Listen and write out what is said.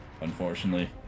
unfortunately